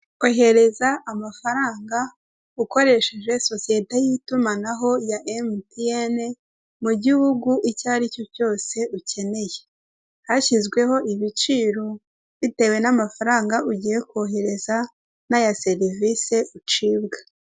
U Rwanda rufite intego yo kongera umukamo n'ibikomoka ku matungo, niyo mpamvu amata bayakusanyiriza hamwe, bakayazana muri kigali kugira ngo agurishwe ameze neza yujuje ubuziranenge.